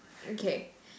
okay